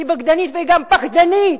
היא בוגדנית וגם פחדנית,